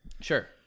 Sure